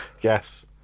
Yes